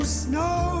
snow